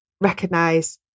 recognize